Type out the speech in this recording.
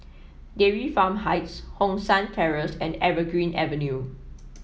Dairy Farm Heights Hong San Terrace and Evergreen Avenue